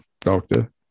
doctor